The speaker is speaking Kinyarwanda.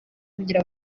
kugira